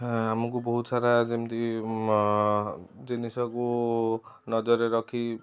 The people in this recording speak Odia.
ହଁ ଆମକୁ ବହୁତ ସାରା ଯେମିତି ମ ଜିନିଷକୁ ନଜରରେ ରଖି